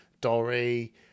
dory